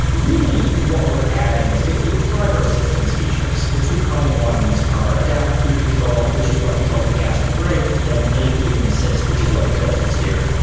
really, what we're adding is it's it's driver-assistance features. the two common ones are adaptive cruise control, which is what controls the gas and the brake, and then lane keeping assist, which is what controls the steering.